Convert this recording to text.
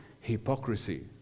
hypocrisy